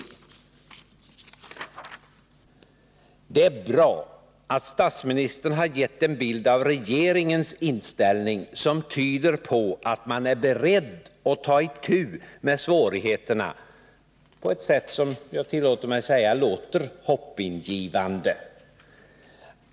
Det är bra att statsministern har gett en bild av regeringens inställning som tyder på att man är beredd att ta itu med svårigheterna på ett sätt som jag tillåter mig säga förefaller hoppingivande.